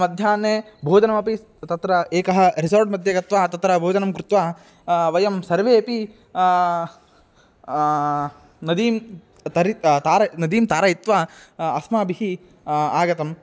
मध्याह्ने भोजनमपि तत्र एकस्मिन् रेजा़र्ट् मध्ये गत्वा तत्र भोजनं कृत्वा वयं सर्वेऽपि नदीं तर्हि तरति नदीं तारयित्वा अस्माभिः आगतम्